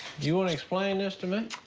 you wanna explain this to me?